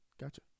Gotcha